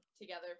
together